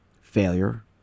Failure